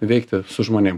veikti su žmonėm